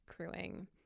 crewing